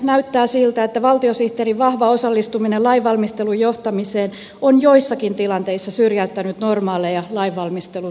näyttää siltä että valtiosihteerin vahva osallistuminen lainvalmistelun johtamiseen on joissakin tilanteissa syrjäyttänyt normaaleja lainvalmistelun laatukriteerejä